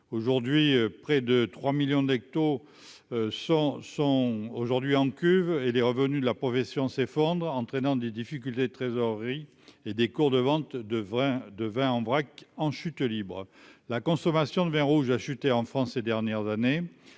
aujourd'hui près de 3 millions d'Actos sont sont aujourd'hui en cuve et les revenus de la profession s'effondre, entraînant des difficultés de trésorerie et des cours de vente de vin de vin en vrac en chute libre, la consommation de vin rouge a chuté en France ces dernières années,